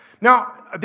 Now